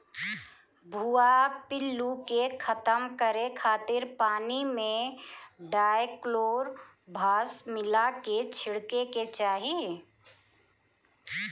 भुआ पिल्लू के खतम करे खातिर पानी में डायकलोरभास मिला के छिड़के के चाही